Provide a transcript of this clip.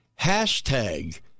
hashtag